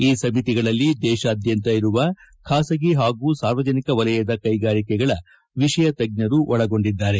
ಈ ಸಮಿತಿಗಳಲ್ಲಿ ದೇಶಾದ್ಯಂತ ಇರುವ ಖಾಸಗಿ ಹಾಗೂ ಸಾರ್ವಜನಿಕ ವಲಯದ ಕೈಗಾರಿಕೆಗಳ ವಿಷಯ ತಜ್ಞರು ಒಳಗೊಂಡಿದ್ದಾರೆ